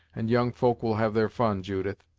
and young folk will have their fun, judith.